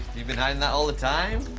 you've been hiding that all the time.